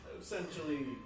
essentially